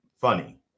funny